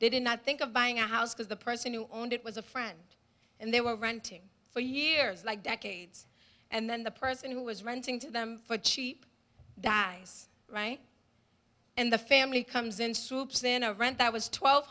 they did not think of buying a house because the person who owned it was a friend and they were renting for years like decades and then the person who was renting to them for cheap that was right and the family comes in swoops in a rent that was twelve